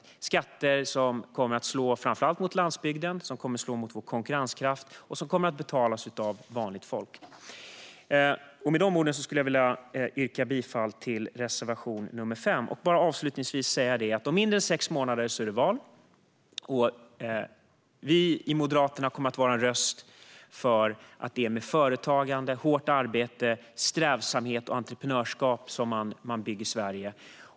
Det är skatter som kommer att slå mot framför allt landsbygden och vår konkurrenskraft och som kommer att betalas av vanligt folk. Med dessa ord yrkar jag bifall till reservation 5. Jag ska avslutningsvis säga att det är val om mindre än sex månader. Vi i Moderaterna kommer att vara en röst för att det är med företagande, hårt arbete, strävsamhet och entreprenörskap som man bygger Sverige.